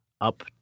up